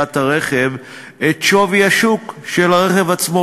מכירת הרכב את שווי השוק של הרכב עצמו,